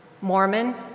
Mormon